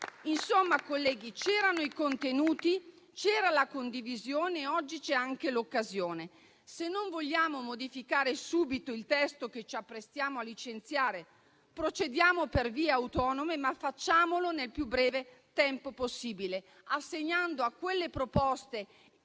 Insomma, colleghi, c'erano i contenuti, la condivisione e oggi anche l'occasione. Se non vogliamo modificare subito il testo che ci apprestiamo a licenziare, procediamo per vie autonome, ma facciamolo nel più breve tempo possibile, assegnando a quelle proposte